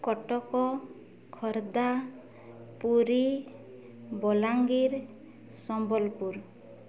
Cuttack Khordha Puri Balangir Sambalpur